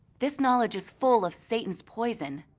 this knowledge is full of satan's poison.